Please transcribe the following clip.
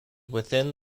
within